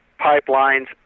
pipelines